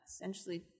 essentially